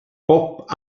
pop